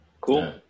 Cool